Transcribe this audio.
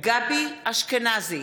נוכח גבי אשכנזי,